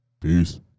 Peace